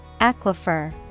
Aquifer